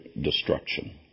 destruction